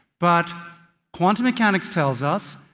but quantum mechanics tells us,